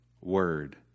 word